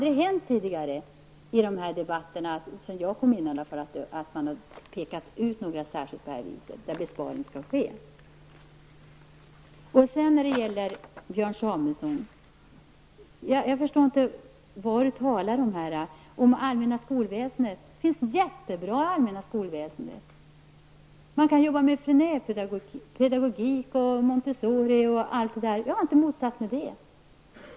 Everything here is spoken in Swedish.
Sedan jag kom in i riksdagen har det aldrig tidigare hänt att man på detta sätt pekat ut någon speciell grupp när det gäller besparingar. Jag förstår inte vad Björn Samuelson talar om. Det finns mycket som är bra i det allmänna skolväsendet. Man kan jobba med Montessoripedagogik och annat, och det har jag aldrig motsatt mig.